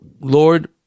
Lord